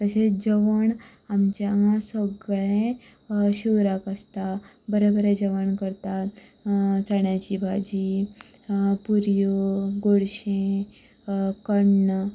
अशें जेवण आमच्या हांगा सगळे शिवराक आसता बरे बरे जेवण करतात चण्याची भाजी पुरयो गोडशें करून